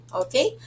okay